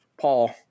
Paul